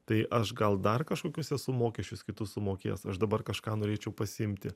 tai aš gal dar kažkokius esu mokesčius kitus sumokėjęs aš dabar kažką norėčiau pasiimti